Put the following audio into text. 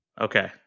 Okay